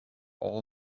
all